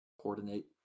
coordinate